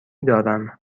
دارم